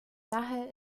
daher